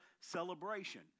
celebration